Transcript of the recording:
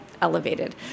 Elevated